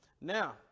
Now